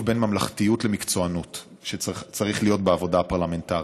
של ממלכתיות ומקצוענות שצריך להיות בעבודה הפרלמנטרית,